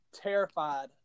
terrified